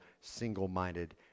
single-minded